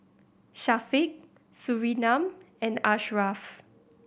Syafiq Surinam and Ashraff